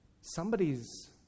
Somebody's